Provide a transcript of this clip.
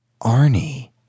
Arnie